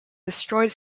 destroyed